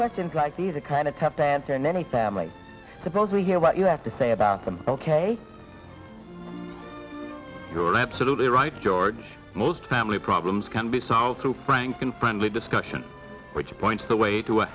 questions like these the kind of have any family suppose we hear what you have to say about them ok you're absolutely right george most family problems can be solved through franken friendly discussion which points the way to